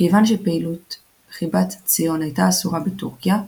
מכיוון שפעילות חיבת ציון הייתה אסורה בטורקיה,